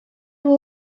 nhw